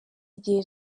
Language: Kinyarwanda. igihe